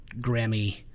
Grammy